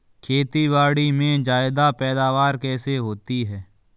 खेतीबाड़ी में ज्यादा पैदावार कैसे होती है?